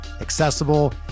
accessible